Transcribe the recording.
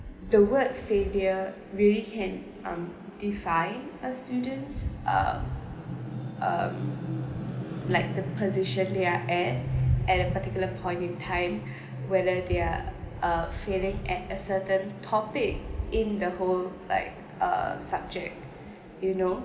the word failure really can um define a students um like the position they're at a particular point in time whether they're uh failing at a certain topic in the whole like uh subject you know